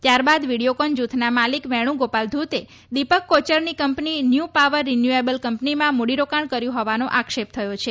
ત્યારબાદ વિડિયોકોન જૂથના માલિક વેણુગોપાલ ધૂતે દિપક કોચરની કંપની ન્યુ પાવર રીન્યુએબલ કંપનીમાં મૂડી રોકાણ કર્યું હોવાનો આક્ષેપ થયો છે